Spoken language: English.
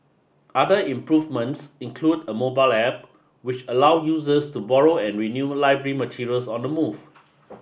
other improvements include a mobile App which allows users to borrow and renew library materials on the move